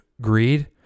greed